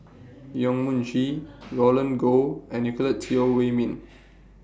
Yong Mun Chee Roland Goh and Nicolette Teo Wei Min